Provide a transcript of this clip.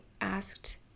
asked